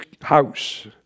house